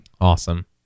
Awesome